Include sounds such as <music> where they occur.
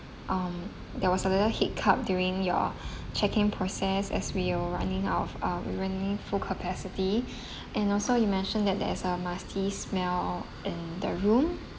um there was a little hiccup during your <breath> check in process as we were running out of uh we running full capacity <breath> and also you mentioned that there's a musty smell in the room